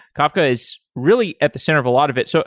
kafka is really at the center of a lot of it. so